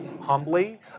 humbly